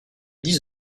dix